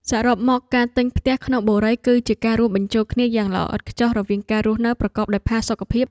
សរុបមកការទិញផ្ទះក្នុងបុរីគឺជាការរួមបញ្ចូលគ្នាយ៉ាងល្អឥតខ្ចោះរវាងការរស់នៅប្រកបដោយផាសុកភាព។